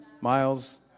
Miles